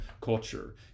culture